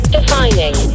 Defining